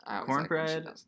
Cornbread